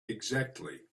exactly